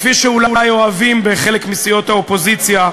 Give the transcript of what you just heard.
כפי שאולי אוהבים בחלק מסיעות האופוזיציה,